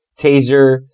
taser